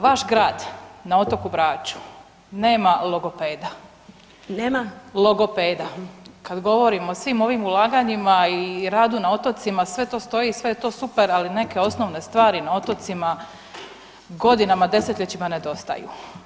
Vaš grad na otoku Braču nema logopeda, kada govorimo o svim ovim ulaganjima i radu na otocima sve to stoji, sve je to super ali neke osnovne stvari na otocima godina, desetljećima nedostaju.